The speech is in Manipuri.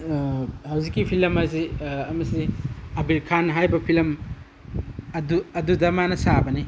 ꯍꯧꯖꯤꯛꯀꯤ ꯐꯤꯂꯝ ꯑꯁꯤ ꯃꯁꯤ ꯑꯕꯤꯔ ꯈꯥꯟ ꯍꯥꯏꯕ ꯐꯤꯂꯝ ꯑꯗꯨꯗ ꯃꯥꯅ ꯁꯥꯕꯅꯤ